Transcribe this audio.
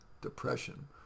depression